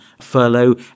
furlough